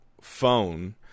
phone